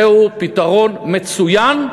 זהו פתרון מצוין.